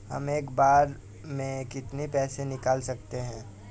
हम एक बार में कितनी पैसे निकाल सकते हैं?